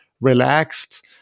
relaxed